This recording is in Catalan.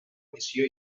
missió